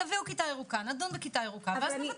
תביאו כיתה ירוקה נדון בכיתה ירוקה ואז נבטל.